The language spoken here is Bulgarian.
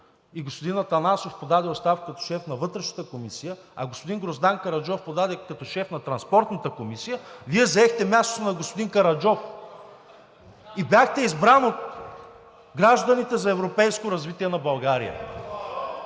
и господин Атанасов подаде оставка като шеф на Вътрешната комисия, а господин Гроздан Караджов подаде като шеф на Транспортната комисия, Вие заехте мястото на господин Караджов и бяхте избран от „Гражданите за европейско развитие на България“.